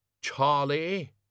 Charlie